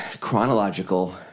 chronological